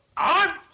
i